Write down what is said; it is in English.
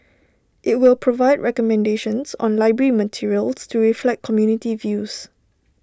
IT will provide recommendations on library materials to reflect community views